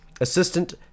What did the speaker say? assistant